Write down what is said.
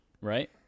right